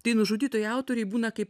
tai nužudytųjų autoriai būna kaip